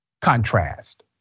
contrast